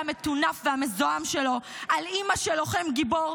המטונף והמזוהם שלו על אימא של לוחם גיבור,